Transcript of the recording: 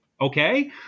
Okay